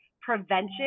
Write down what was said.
prevention